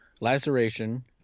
laceration